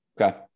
Okay